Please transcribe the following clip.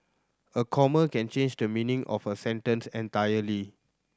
a comma can change the meaning of a sentence entirely